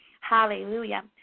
Hallelujah